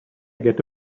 get